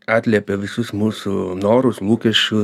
atliepia visus mūsų norus lūkesčių